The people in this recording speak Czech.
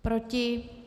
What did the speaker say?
Proti?